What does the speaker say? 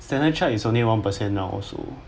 standard chart is only one percent now also